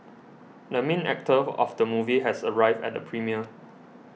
the main actor of the movie has arrived at the premiere